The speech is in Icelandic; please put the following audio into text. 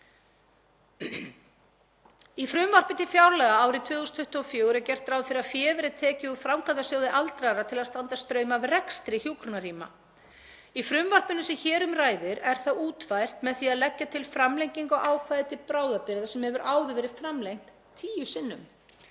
Í frumvarpi til fjárlaga fyrir árið 2024 er gert ráð fyrir að fé verði tekið úr Framkvæmdasjóði aldraðra til að standa straum af rekstri hjúkrunarrýma. Í frumvarpinu sem hér um ræðir er það útfært með því að leggja til framlengingu á ákvæði til bráðabirgða sem hefur áður verið framlengt tíu sinnum.